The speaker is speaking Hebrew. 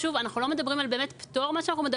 שוב, אנחנו לא מדברים באמת על פטור, אלא על